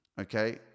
Okay